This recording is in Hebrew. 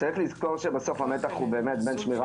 צריך לזכור שבסוף המתח הוא באמת בין שמירה